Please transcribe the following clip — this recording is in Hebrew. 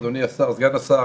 אדוני סגן השר,